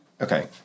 Okay